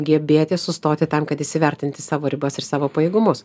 gebėti sustoti tam kad įsivertinti savo ribas ir savo pajėgumus